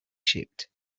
shipped